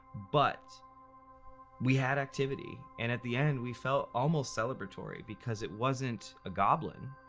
but we had activity. and at the end, we felt almost celebratory, because it wasn't a goblin,